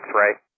right